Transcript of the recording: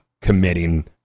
committing